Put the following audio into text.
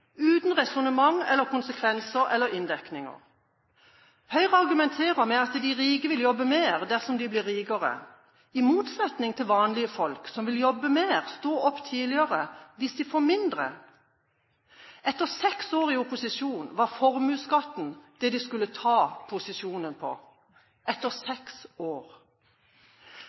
uten resonnement rundt konsekvenser eller inndekninger. Høyre argumenterer med at de rike vil jobbe mer dersom de blir rikere, i motsetning til vanlige folk, som vil jobbe mer, stå opp tidligere hvis de får mindre. Etter seks år i opposisjon var formuesskatten det de skulle «ta» posisjonen på – etter seks år!